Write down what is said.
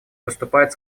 выступает